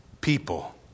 people